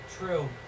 True